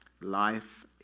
Life